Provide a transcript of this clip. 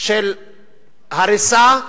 של הריסה.